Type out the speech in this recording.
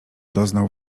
doznał